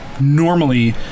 normally